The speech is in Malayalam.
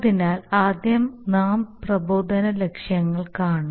അതിനാൽ ആദ്യം നാം പ്രബോധന ലക്ഷ്യങ്ങൾ കാണും